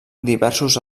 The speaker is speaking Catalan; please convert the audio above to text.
diversos